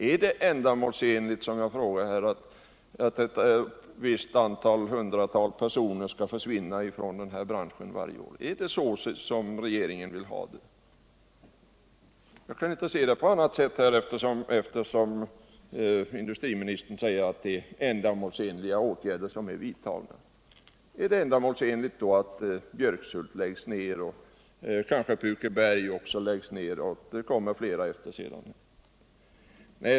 Är det, som jag redan frågat, ändamålsenligt att några hundratal personer försvinner från den här branschen varje år? Är det så regeringen vill ha det? Jag kan inte se det på annat sätt, då ju industriministern säger att det har vidtagits ändamålsenliga åtgärder. Är det ändamålsenligt att Björkshult, kanske Pukeberg och senare kanske ännu fler läggs ned?